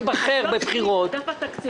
בידך הדבר.